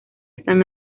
están